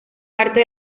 parte